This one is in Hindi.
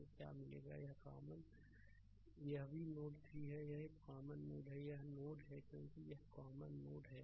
तो क्या मिलेगा कि यह भी नोड 3 है यह एक कॉमन नोड है यह नोड है क्योंकि यह एक कॉमन नोड है